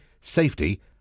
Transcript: safety